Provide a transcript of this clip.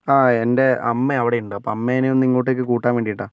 ആ എന്റെ അമ്മ അവിടെയുണ്ട് അപ്പോൾ അമ്മേനെ ഒന്നിങ്ങോട്ടേക്ക് കൂട്ടാന് വേണ്ടീട്ടാ